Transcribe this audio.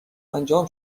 انجام